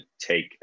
take